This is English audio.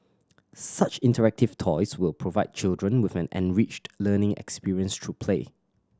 such interactive toys will provide children with an enriched learning experience through play